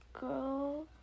girl